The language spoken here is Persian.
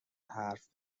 حرف